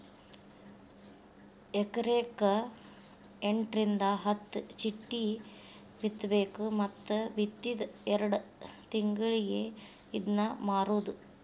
ಎಕರೆಕ ಎಂಟರಿಂದ ಹತ್ತ ಚಿಟ್ಟಿ ಬಿತ್ತಬೇಕ ಮತ್ತ ಬಿತ್ತಿದ ಎರ್ಡ್ ತಿಂಗಳಿಗೆ ಇದ್ನಾ ಮಾರುದು